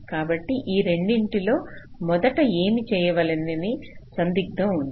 కాబట్టి ఈ రెండింటిలో మొదట ఏమి చేయవలెనని సందిగ్ధం ఉన్నది